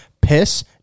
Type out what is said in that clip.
piss